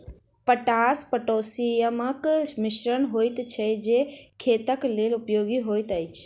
potash पोटासियमक मिश्रण होइत छै जे खेतक लेल उपयोगी होइत अछि